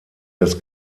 des